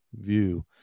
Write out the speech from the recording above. view